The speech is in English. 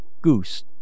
goose